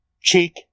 cheek